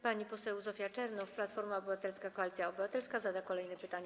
Pani poseł Zofia Czernow, Platforma Obywatelska - Koalicja Obywatelska, zada kolejne pytanie.